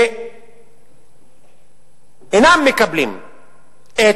שאינם מקבלים את